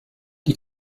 die